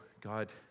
God